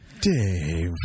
Dave